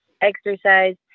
exercise